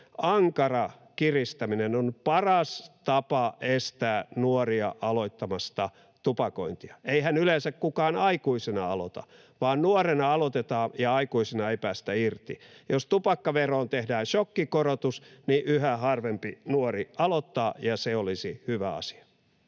ankara kiristäminen on paras tapa estää nuoria aloittamasta tupakointia. Eihän yleensä kukaan aikuisena aloita, vaan nuorena aloitetaan ja aikuisina ei päästä irti. Jos tupakkaveroon tehdään šokkikorotus, niin yhä harvempi nuori aloittaa, ja se olisi hyvä asia.